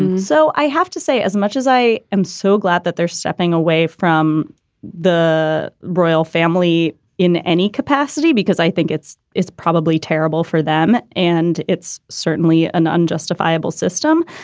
um so i have to say, as much as i am so glad that they're stepping away from the royal family in any capacity, because i think it's it's probably terrible for them and it's certainly an unjustifiable system.